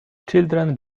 children